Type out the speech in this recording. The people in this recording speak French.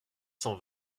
cent